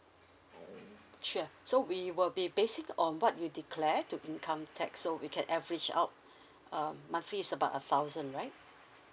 sure so we will be basic on what you declare to income tax so we can average out um monthly is about a thousand right